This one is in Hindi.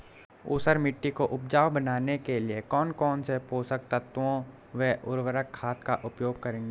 ऊसर मिट्टी को उपजाऊ बनाने के लिए कौन कौन पोषक तत्वों व उर्वरक खाद का उपयोग करेंगे?